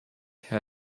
herr